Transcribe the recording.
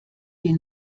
die